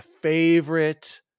favorite